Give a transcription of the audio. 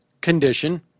condition